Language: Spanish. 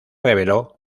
reveló